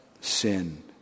sin